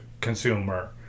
consumer